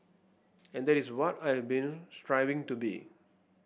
and that is what I have been striving to be